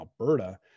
Alberta